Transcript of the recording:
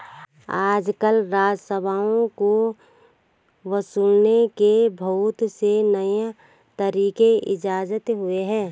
आजकल राजस्व को वसूलने के बहुत से नये तरीक इजात हुए हैं